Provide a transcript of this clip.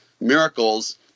miracles